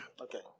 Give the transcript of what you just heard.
Okay